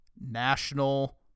national